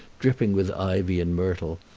dripping with ivy and myrtle,